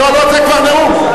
לא לא, זה כבר נאום.